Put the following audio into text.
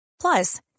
Plus